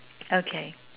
okay